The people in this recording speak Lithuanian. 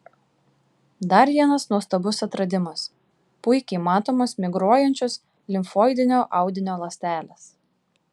dar vienas nuostabus atradimas puikiai matomos migruojančios limfoidinio audinio ląstelės